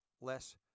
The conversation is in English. less